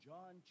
John